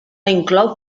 inclou